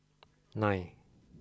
nine